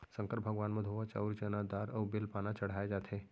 संकर भगवान म धोवा चाउंर, चना दार अउ बेल पाना चड़हाए जाथे